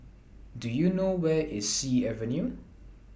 Do YOU know Where IS Sea Avenue